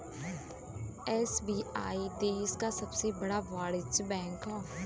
SBI देश क सबसे बड़ा वाणिज्यिक बैंक हौ